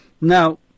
Now